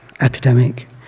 epidemic